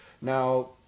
Now